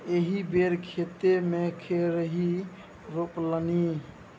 एहि बेर खेते मे खेरही रोपलनि